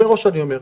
מראש אני אומר,